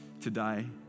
today